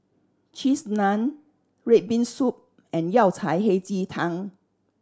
Cheese Naan red bean soup and Yao Cai Hei Ji Tang